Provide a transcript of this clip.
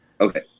Okay